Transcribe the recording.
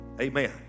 Amen